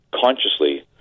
consciously